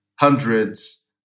hundreds